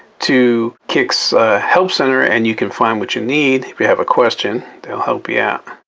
to kiks help center and you can find what you need. if you have a question they'll help you yeah